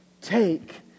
Take